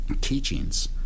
teachings